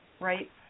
right